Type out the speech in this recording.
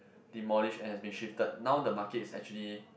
demolished and has been shifted now the markets actually